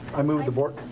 i move that the board